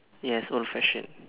yes old fashion